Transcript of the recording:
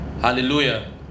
Hallelujah